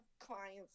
clients